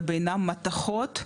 ובינם מתכות,